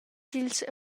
dils